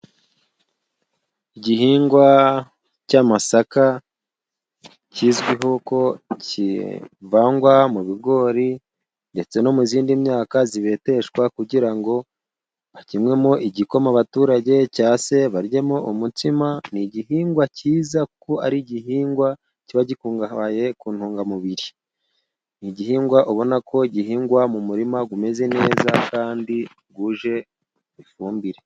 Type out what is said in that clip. Igihingwa cy'amasaka, kizwiho ko kivangwa mu bigori ndetse no mu zindi myaka zibeteshwa kugira ngo bakinwemo igikoma abaturage cyangwa se baryemo umutsima, ni igihingwa cyiza kuko ari igihingwa kiba gikungahaye ku ntungamubiri. Ni igihingwa ubona ko gihingwa mu murima gumeze neza kandi guje ifumbire.